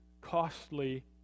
costly